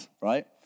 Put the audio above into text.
right